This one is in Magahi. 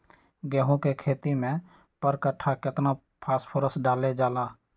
गेंहू के खेती में पर कट्ठा केतना फास्फोरस डाले जाला?